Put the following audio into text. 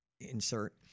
insert